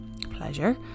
pleasure